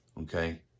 Okay